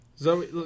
Zoe